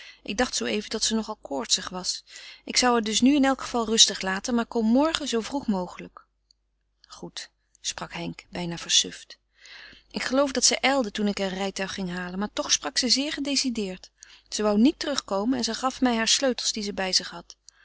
ik dacht zooeven dat ze nogal koortsig was ik zou haar dus nu in alle geval rustig laten maar kom morgen zoo vroeg mogelijk goed sprak henk bijna versuft ik geloof dat zij ijlde toen ik een rijtuig ging halen maar toch sprak ze zeer gedecideerd ze wou niet terug komen en ze gaf mij haar sleutels die ze bij zich had